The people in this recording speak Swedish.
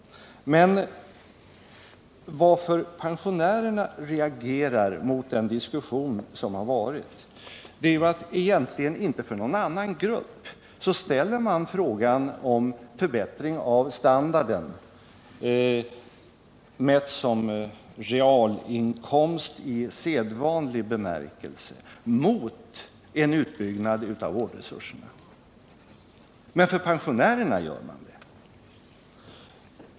Men varför pensionärerna reagerar mot den diskussion som har varit är ju att man egentligen inte för någon annan grupp ställer frågan ora förbättring av standarden mätt som realinkomst i sedvanlig bemärkelse mot en utbyggnad av vårdresurserna. Men för pensionärerna gör man det.